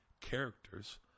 characters